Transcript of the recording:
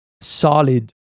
solid